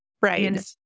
right